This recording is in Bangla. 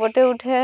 বোটে উঠে